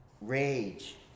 Rage